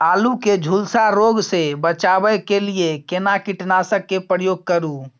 आलू के झुलसा रोग से बचाबै के लिए केना कीटनासक के प्रयोग करू